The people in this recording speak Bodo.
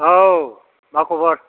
औ मा खबर